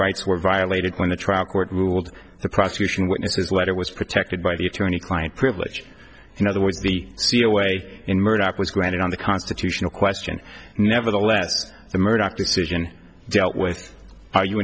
rights were violated when the trial court ruled the prosecution witnesses what it was protected by the attorney client privilege in other words the sea away in murdock was granted on the constitutional question nevertheless the murdoch decision dealt with ar